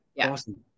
Awesome